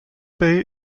bay